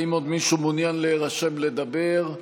האם עוד מישהו מעוניין להירשם לדבר?